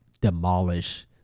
demolish